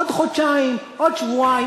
עוד חודשיים, עוד שבועיים.